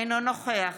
אינו נוכח